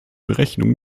berechnungen